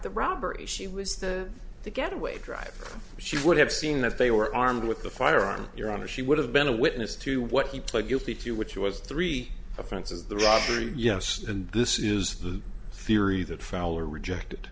the robbery she was the the getaway driver she would have seen that they were armed with a firearm your honor she would have been a witness to what he pled guilty to which was three offenses the robbery yes and this is the theory that fowler rejected